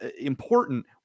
important